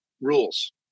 rules